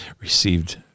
received